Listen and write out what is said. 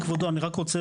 כבודו אני רק רוצה